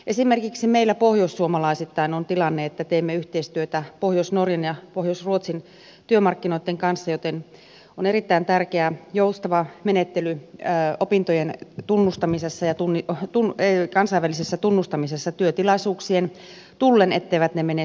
esimerkiksi meillä pohjoissuomalaisittain on tilanne että teemme yhteistyötä pohjois norjan ja pohjois ruotsin työmarkkinoitten kanssa joten joustava menettely on erittäin tärkeää opintojen kansainvälisessä tunnustamisessa työtilaisuuksien tullen etteivät ne mene sivusuun